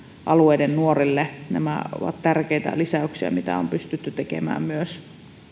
alueiden nuorille nämä ovat tärkeitä lisäyksiä mitä myös on pystytty tekemään